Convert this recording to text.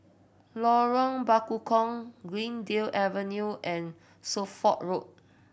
Lorong Bekukong Greendale Avenue and Suffolk Road